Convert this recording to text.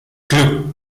club